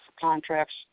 Contracts